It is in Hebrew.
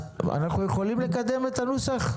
אנחנו יכולים לקדם את הנוסח?